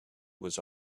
was